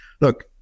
look